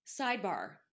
Sidebar